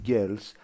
Girls